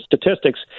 Statistics